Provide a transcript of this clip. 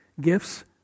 Gifts